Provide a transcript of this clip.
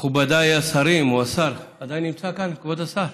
מכובדיי השרים או השר, עדיין נמצא כאן כבוד השר?